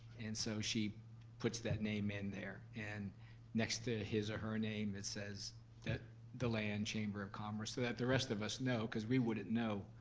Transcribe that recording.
and so she puts that name in there. and next to his or her name, it says that deland chamber of commerce so that the rest of us know, cause we wouldn't know,